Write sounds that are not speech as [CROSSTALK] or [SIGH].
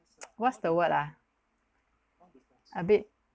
[NOISE] what's the word ah a bit